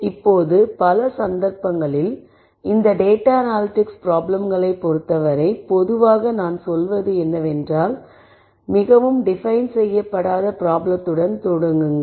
இப்போது பல சந்தர்ப்பங்களில் இந்த டேட்டா அனாலிடிக்ஸ் ப்ராப்ளம்களை பொருத்தவரை பொதுவாக நான் சொல்வது என்னவென்றால் மிகவும் டிபைன் செய்யப்படாத ப்ராப்ளத்துடன் தொடங்குங்கள்